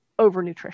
overnutrition